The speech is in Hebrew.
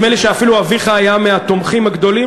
נדמה לי שאפילו אביך היה מהתומכים הגדולים,